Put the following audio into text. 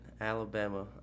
Alabama